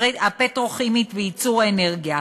הפטרוכימית וייצור האנרגיה.